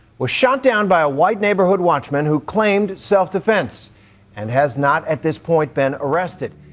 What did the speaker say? was shot down by a white neighborhood watchman who claimed self-defense and has not at this point been arrested.